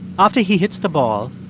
after he hits the ball,